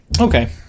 okay